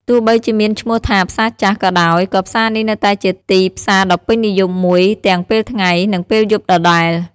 ទោះបីជាមានឈ្មោះថា "ផ្សារចាស់" ក៏ដោយ ក៏ផ្សារនេះនៅតែជាទីផ្សារដ៏ពេញនិយមមួយទាំងពេលថ្ងៃ និងពេលយប់ដដែល។